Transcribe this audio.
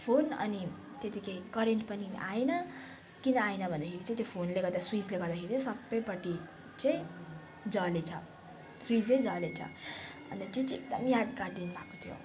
phone अनि त्यतिकै current पनि आएन किन आएन भन्दाखेरि चाहिँ त्यो फोनले गर्दा स्विचले गर्दाखेरि चाहिँ सबैपट्टि चाहिँ जलेछ स्विचै जलेछ अन्त त्यो चाहिँ एकदम यादगार दिन भएको थियो